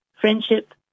friendship